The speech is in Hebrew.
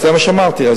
כן.